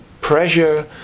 pressure